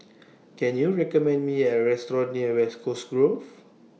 Can YOU recommend Me A Restaurant near West Coast Grove